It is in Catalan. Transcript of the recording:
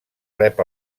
rep